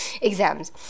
exams